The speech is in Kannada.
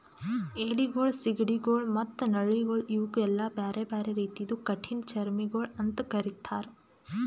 ಏಡಿಗೊಳ್, ಸೀಗಡಿಗೊಳ್ ಮತ್ತ ನಳ್ಳಿಗೊಳ್ ಇವುಕ್ ಎಲ್ಲಾ ಬ್ಯಾರೆ ಬ್ಯಾರೆ ರೀತಿದು ಕಠಿಣ ಚರ್ಮಿಗೊಳ್ ಅಂತ್ ಕರಿತ್ತಾರ್